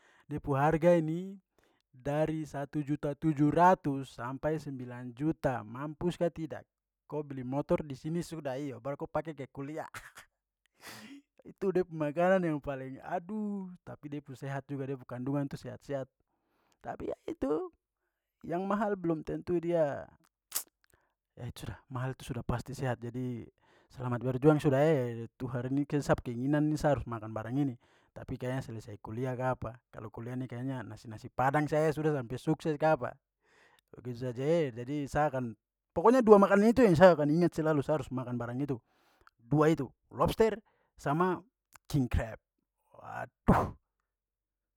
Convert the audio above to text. Da pu harga ni dari satu juta tujuh ratus sampai sembilang juta. Mampus ka tidak. Ko beli motor di sini sudah iyo baru ko pake ke kuliah. Itu da pu makanan yang paling, aduh, tapi de pu sehat juga, da pu kandungan tu sehat-sehat. Tapi ya itu yang mahal belum tentu dia ya itu sudah mahal tu sudah pasti sehat jadi selama berjuang sudah e. Tuhar ini sa pu keinginan ni sa harus makan barang ini, tapi kayaknya selesai kuliah kapa. Kalau kuliah ni kayaknya nasi-nasi padang saja sudah sampai sukses kapa. Begitu saja e. Jadi sa akan pokoknya dua makanan itu yang sa akan ingat selalu sa harus makan barang itu, dua itu, lobster sama king crab. Waduh.